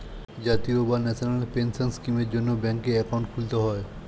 জাতীয় বা national pension স্কিমের জন্যে ব্যাঙ্কে অ্যাকাউন্ট খুলতে হয়